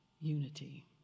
unity